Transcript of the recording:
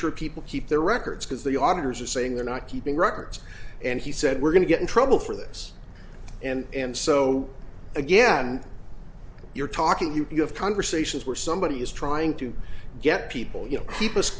sure people keep their records because the auditors are saying they're not keeping records and he said we're going to get in trouble for this and so again you're talking you have conversations where somebody is trying to get people you know people's